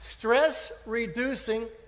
Stress-reducing